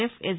F S